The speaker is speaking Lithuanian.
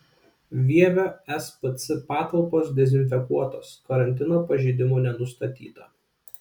vievio spc patalpos dezinfekuotos karantino pažeidimų nenustatyta